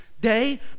day